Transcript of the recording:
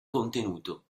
contenuto